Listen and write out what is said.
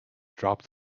drop